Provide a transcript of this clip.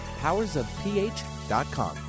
powersofph.com